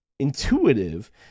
Intuitive